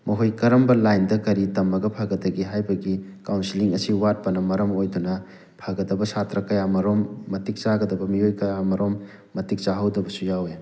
ꯃꯈꯣꯏ ꯀꯔꯝꯕ ꯂꯥꯏꯟꯗ ꯀꯔꯤ ꯇꯝꯃꯒ ꯐꯥꯒꯗꯒꯦ ꯍꯥꯏꯕꯒꯤ ꯀꯥꯎꯟꯁꯤꯂꯤꯡ ꯑꯁꯤ ꯋꯥꯠꯄꯅ ꯃꯔꯝ ꯑꯣꯏꯗꯨꯅ ꯐꯒꯗꯕ ꯁꯥꯇ꯭ꯔ ꯀꯌꯥ ꯃꯔꯨꯝ ꯃꯇꯤꯛ ꯆꯥꯒꯗꯕ ꯃꯤꯑꯣꯏ ꯀꯌꯥ ꯃꯔꯨꯝ ꯃꯇꯤꯛ ꯆꯥꯍꯧꯗꯕꯁꯨ ꯌꯥꯎꯋꯦ